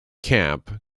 camp